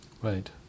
Right